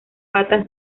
patas